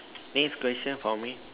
next question for me